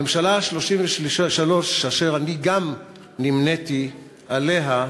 הממשלה ה-33, אשר אני גם נמניתי עם חבריה,